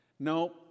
No